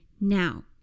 Now